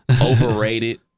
overrated